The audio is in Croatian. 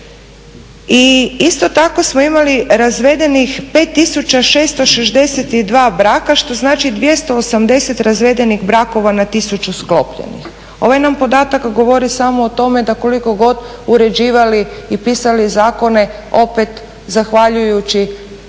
i isto tako smo imali razvedenih 5.662 braka što znači 280 razvedenih brakova na tisuću sklopljenih. Ovaj nam podatak govorim samo o tome da koliko god uređivali i pisali zakone opet zahvaljujući